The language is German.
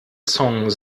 song